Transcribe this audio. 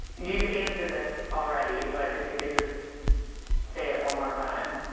you've answered this already, but if you could just say it one more time,